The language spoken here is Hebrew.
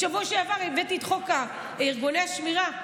בשבוע שעבר הבאתי את חוק ארגוני שמירה.